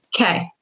Okay